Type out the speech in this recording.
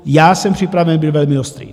Já jsem připraven být velmi ostrý.